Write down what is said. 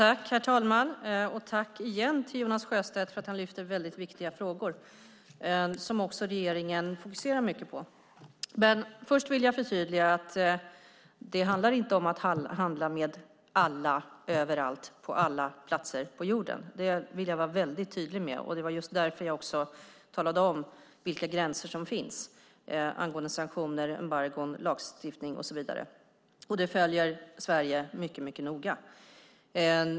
Herr talman! Tack igen till Jonas Sjöstedt för att han lyfter upp väldigt viktiga frågor som regeringen också fokuserar mycket på! Först vill jag förtydliga att det inte handlar om att handla med alla, överallt, på alla platser på jorden. Det vill jag vara väldigt tydlig med. Det var just därför jag också talade om vilka gränser som finns angående sanktioner, embargon, lagstiftning och så vidare. Det följer Sverige mycket noga.